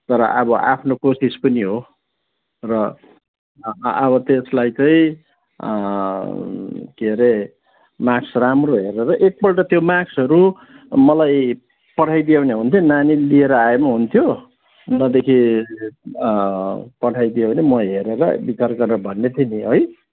तर अब आफ्नो कोसिस पनि हो र अब त्यसलाई चाहिँ के हरे मार्क्स राम्रो हेरेर एकपल्ट त्यो मार्क्सहरू मलाई पठाइदियो भने हुन्थ्यो नि नानीले लिएर आए पनि हुन्थ्यो नभएदेखि पठाइदियो भने म हेरेर विचार गरेर भन्ने थिएँ नि है